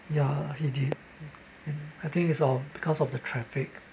ya he did and I think it's all because of the traffic